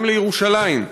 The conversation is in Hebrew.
גם לירושלים.